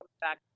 back